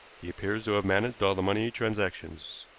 he appears to have managed all the money transactions.